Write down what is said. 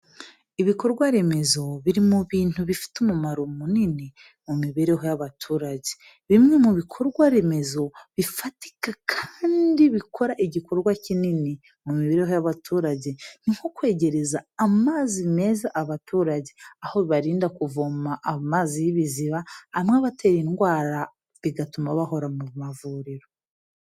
Ibikorwa remezo biri mu bintu bifite umumaro munini mu mibereho y'abaturage, bimwe mu bikorwa remezo bifatika kandi bikora igikorwa kinini mu mibereho y'abaturage, ni nko kwegereza amazi meza abaturage, aho birinda kuvoma amazi y'ibiziba, amwe abatera indwara bigatuma bahora mu ma vuriro.